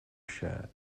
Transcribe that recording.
shirt